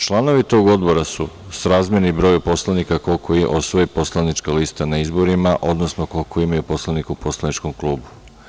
Članovi tog odbora su srazmerni broju poslanika koliko osvoji poslanička lista na izborima, odnosno koliko imaju poslanika u poslaničkom klubu.